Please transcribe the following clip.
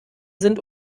sind